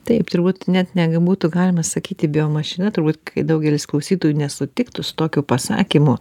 taip turbūt net nebūtų galima sakyti biomašina turbūt kai daugelis klausytojų nesutiktų su tokiu pasakymu